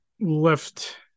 left